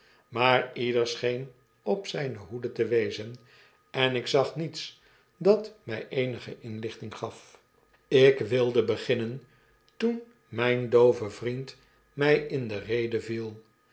maar ieder scheen op zyne hoede te wezen en ik zag niets dat mij eenige inlichting gaf ik wilde beginnen toen myn doove vriend my in de rede viel